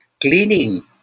cleaning